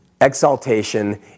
Exaltation